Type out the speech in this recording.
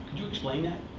you explain that?